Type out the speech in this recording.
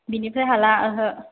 बेनिफ्राय हाला ओहो